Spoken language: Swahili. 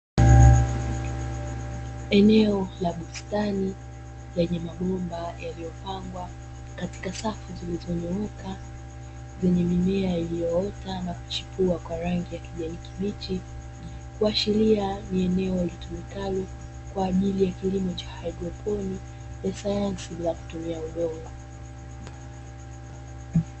Eneo la bustani lenye mabomba yaliyopangwa katika safu zilizonyooka, zenye mimea iliyoota na kuchipua kwa rangi ya kijani kibichi, kuashiria ni eneo litumikalo kwaajili ya kilimo cha haidroponi ya sayansi bila kutumia udongo.